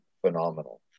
phenomenal